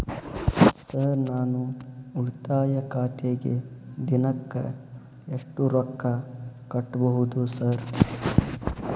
Sir ನಾನು ಉಳಿತಾಯ ಖಾತೆಗೆ ದಿನಕ್ಕ ಎಷ್ಟು ರೊಕ್ಕಾ ಕಟ್ಟುಬಹುದು ಸರ್?